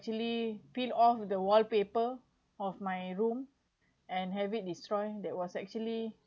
actually peel off the wallpaper of my room and have it destroyed that was actually